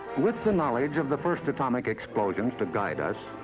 with the knowledge of the first atomic explosion to guide us,